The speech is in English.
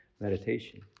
meditation